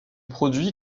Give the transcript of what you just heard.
produit